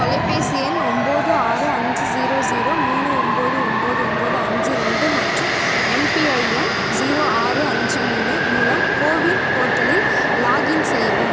தொலைபேசி எண் ஒன்போது ஆறு அஞ்சு ஸீரோ ஸீரோ மூணு ஒன்போது ஒன்போது ஒன்போது அஞ்சு ரெண்டு மற்றும் எம்பிஐஎன் ஸீரோ ஆறு அஞ்சு மூணு மூலம் கோவின் போர்ட்டலில் லாக்இன் செய்யவும்